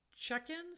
check-ins